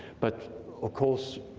but of course,